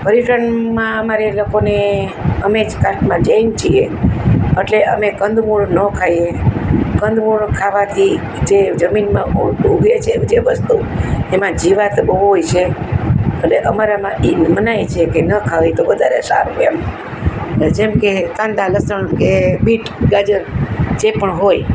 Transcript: પર્યુષણમાં અમારે લોકોને અમે જ કાંકમાં જૈન છીએ અટલે અમે કંદમૂળ ન ખાઈએ કંદમૂળ ખાવાથી જે જમીનમાં ઊગે છે જે વસ્તુ એમાં જીવાત બહુ હોય છે એટલે અમારામાં એ મનાઈ છે કે ન ખાવી તો વધારે સારું એમ ને જેમ કે કાંદા લસણ કે બીટ ગાજર જે પણ હોય